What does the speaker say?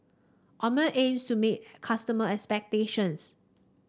Omron aims to meet customer expectations